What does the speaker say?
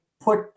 put